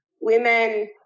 women